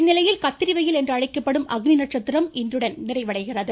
இந்நிலையில் கத்திரி வெயில் என்றழைக்கப்படும் அக்னி நட்சத்திரம் இன்றுடன் நிறைவடைகிறது